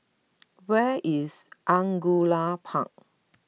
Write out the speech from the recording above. where is Angullia Park